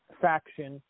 faction